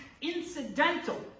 incidental